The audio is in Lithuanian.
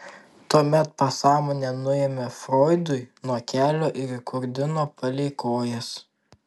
tuomet pasąmonę nuėmė froidui nuo kelio ir įkurdino palei kojas